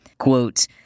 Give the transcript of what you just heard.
Quote